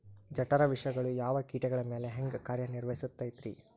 ಜಠರ ವಿಷಗಳು ಯಾವ ಕೇಟಗಳ ಮ್ಯಾಲೆ ಹ್ಯಾಂಗ ಕಾರ್ಯ ನಿರ್ವಹಿಸತೈತ್ರಿ?